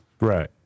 Right